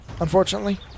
unfortunately